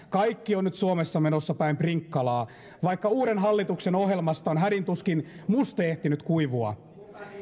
kaikki on nyt suomessa menossa päin prinkkalaa vaikka uuden hallituksen ohjelmasta on hädin tuskin muste ehtinyt kuivua